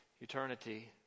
eternity